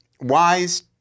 wise